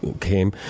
came